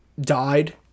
died